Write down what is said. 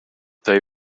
they